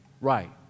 Right